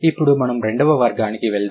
ఇప్పుడు మనం రెండవ వర్గానికి వెళ్దాం